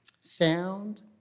Sound